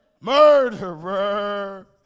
Murderer